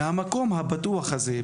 מהמקום הבטוח הזה,